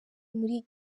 muri